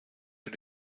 für